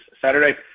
Saturday